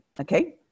okay